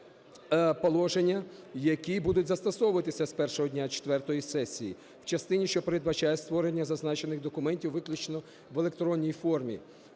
запропоновано положення, які будуть застосовуватися з першого дня четвертої сесії в частині, що передбачає створення зазначених документів виключно в електронній формі.